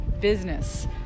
business